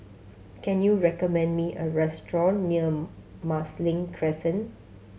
can you recommend me a restaurant near Marsiling Crescent